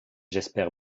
j’espère